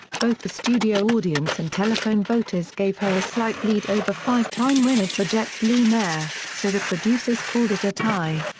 both the studio audience and telephone voters gave her a slight lead over five-time winner georgette lemaire, so the producers called it a tie.